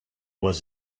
was